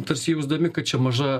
tarsi jausdami kad čia maža